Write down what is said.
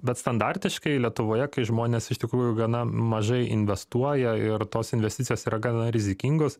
bet standartiškai lietuvoje kai žmonės iš tikrųjų gana mažai investuoja ir tos investicijos yra gana rizikingos